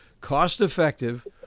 cost-effective